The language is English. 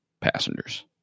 passengers